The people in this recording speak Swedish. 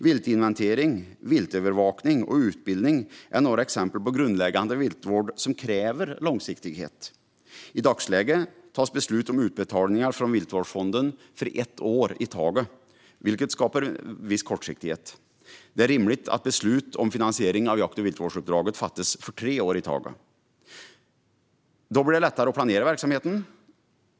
Viltinventering, viltövervakning och utbildning är några exempel på grundläggande viltvård som kräver långsiktighet. I dagsläget fattas beslut om utbetalningar från Viltvårdsfonden för ett år i taget, vilket skapar viss kortsiktighet. Det är rimligt att beslut om finansiering av jakt och viltvårdsuppdraget fattas för tre år i taget. Det blir då lättare att planera verksamheten.